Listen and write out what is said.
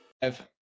Five